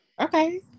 Okay